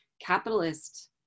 capitalist